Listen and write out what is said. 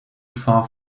far